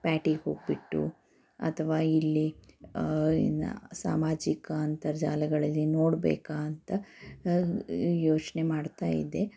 ಪ್ಯಾಟೆಗೆ ಹೋಗಿಬಿಟ್ಟು ಅಥವಾ ಇಲ್ಲಿ ಇನ ಸಾಮಾಜಿಕ ಅಂತರ್ಜಾಲಗಳಲ್ಲಿ ನೋಡಬೇಕಾ ಅಂತ ಯೋಚನೆ ಮಾಡ್ತಾ ಇದ್ದೆ